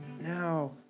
now